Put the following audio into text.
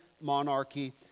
monarchy